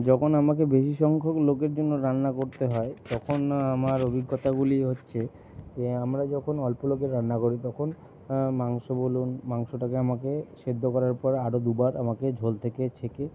যখন আমাকে বেশি সংখ্যক লোকের জন্য রান্না করতে হয় তখন আমার অভিজ্ঞতাগুলি হচ্ছে যে আমরা যখন অল্প লোকের রান্না করি তখন মাংস বলুন মাংসটাকে আমাকে সিদ্ধ করার পর আরও দুবার আমাকে ঝোল থেকে ছেঁকে